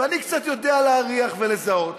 ואני קצת יודע להריח ולזהות.